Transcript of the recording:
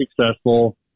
successful